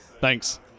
Thanks